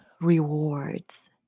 rewards